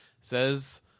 says